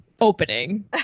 opening